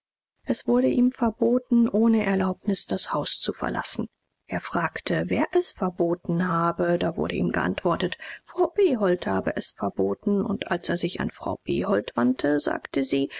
es wurde ihm verboten ohne erlaubnis das haus zu verlassen er fragte wer es verboten habe da wurde ihm geantwortet frau behold habe es verboten und als er sich an frau behold wandte sagte sie